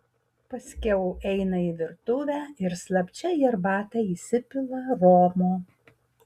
paskiau eina į virtuvę ir slapčia į arbatą įsipila romo